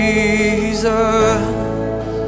Jesus